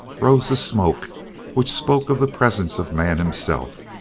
rose the smoke which spoke of the presence of man himself.